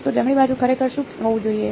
તો જમણી બાજુ ખરેખર શું હોવી જોઈએ